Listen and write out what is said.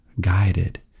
guided